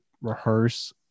rehearse